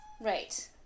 Right